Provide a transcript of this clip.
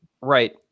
Right